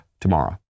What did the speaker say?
tomorrow